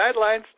guidelines